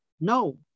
no